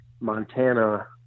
Montana